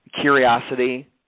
curiosity